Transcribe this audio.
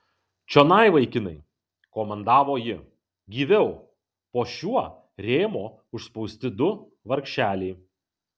čionai vaikinai komandavo ji gyviau po šiuo rėmo užspausti du vargšeliai